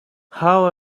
how